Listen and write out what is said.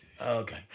Okay